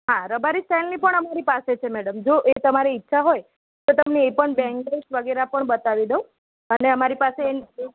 હા રબારી સ્ટાઇલની પણ અમારી પાસે છે મેડમ જો એ તમારે ઈચ્છા હોય તો તમને એ પણ બેંગલ્સ વગેરે પણ બતાવી દઉં અને અમારી પાસે